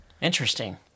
Interesting